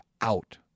out